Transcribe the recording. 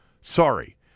Sorry